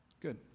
Good